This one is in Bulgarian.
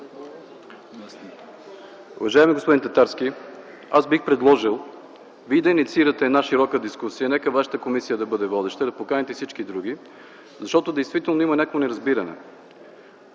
Уважаеми господин Татарски, аз бих предложил Вие да инициирате една широка дискусия. Нека вашата комисия да бъде водеща, да поканите всички други, защото действително има някакво неразбиране.